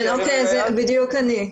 כן, זאת בדיוק אני.